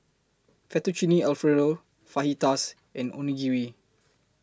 Fettuccine Alfredo Fajitas and Onigiri